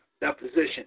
deposition